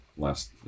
last